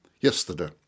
yesterday